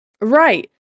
Right